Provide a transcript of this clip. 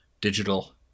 digital